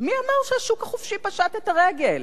מי אמר שהשוק החופשי פשט את הרגל?